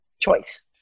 choice